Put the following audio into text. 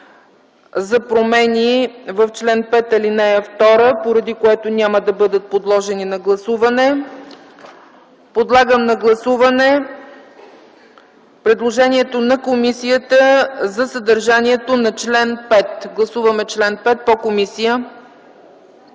за промени в чл. 5, ал. 2, поради което няма да бъде подложено на гласуване. Подлагам на гласуване предложението на комисията за съдържанието на чл. 5. Гласували 75 народни